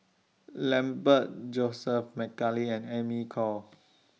Lambert Joseph Mcnally and Amy Khor